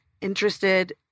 interested